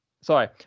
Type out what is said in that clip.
Sorry